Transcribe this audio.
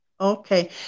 Okay